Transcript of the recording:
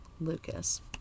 Lucas